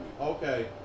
Okay